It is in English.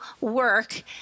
work